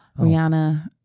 Rihanna